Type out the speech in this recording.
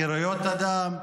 בחירויות אדם,